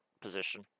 position